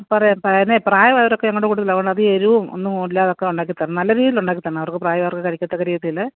പറയാം പിന്നെ പ്രായമായവർ ഒക്കെ ഞങ്ങളുടെ കൂട്ടത്തിൽ ഉണ്ട് അധികം എരിവും ഒന്നും ഇല്ലാതെ ഒക്കെ ഉണ്ടാക്കി തരണേ നല്ല രീതിയിൽ ഉണ്ടാക്കി തരണം അവർക്ക് പ്രായം ആയവർക്കൊക്കെ കഴിക്കത്തക്ക രീതിയിൽ